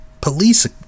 police